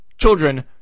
children